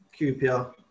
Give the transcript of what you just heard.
QPR